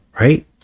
right